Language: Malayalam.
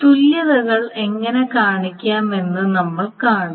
തുല്യതകൾ എങ്ങനെ കാണിക്കാമെന്ന് നമ്മൾ കാണും